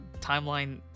timeline